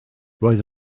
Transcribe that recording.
roedd